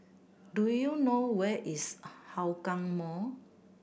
do you know where is Hougang Mall